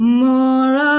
more